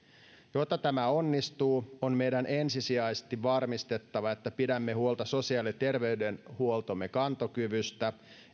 jotta tämä onnistuu on meidän ensisijaisesti varmistettava että pidämme huolta sosiaali ja terveydenhuoltomme kantokyvystä